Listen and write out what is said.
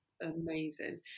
amazing